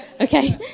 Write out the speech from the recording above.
Okay